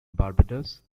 barbados